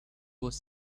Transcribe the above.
was